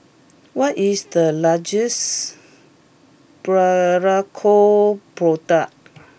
what is the largest Berocca product